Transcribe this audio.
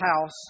house